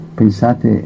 pensate